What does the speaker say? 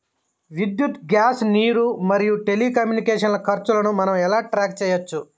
విద్యుత్ గ్యాస్ నీరు మరియు టెలికమ్యూనికేషన్ల ఖర్చులను మనం ఎలా ట్రాక్ చేయచ్చు?